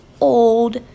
old